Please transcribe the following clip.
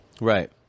Right